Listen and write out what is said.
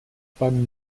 beim